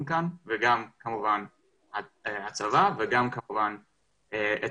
כאן וגם כמובן עם הצבא וגם עם הממשלה.